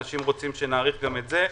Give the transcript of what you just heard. אנשים רוצים שנאריך גם את זה.